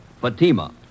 Fatima